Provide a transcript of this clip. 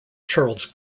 charles